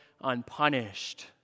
unpunished